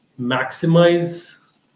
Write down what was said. Maximize